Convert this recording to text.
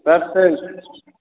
shirt pant